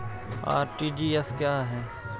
RTGS क्या है?